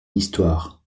histoire